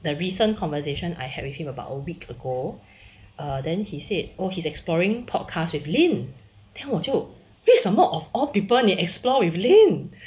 the recent conversation I had with him about a week ago err then he said oh his exploring podcast with lin then 我就为什么 of all people 你 explore with lin